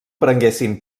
prenguessin